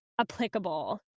applicable